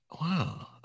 Wow